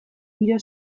giro